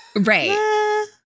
Right